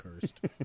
cursed